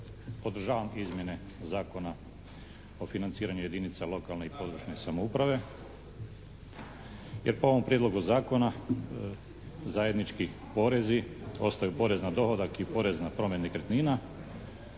podržavam izmjene Zakona o financiranju jedinica lokalne i područne samouprave, jer po ovom prijedlogu zakona zajednički porezi ostaju porez na dohodak i porez na promet nekretnina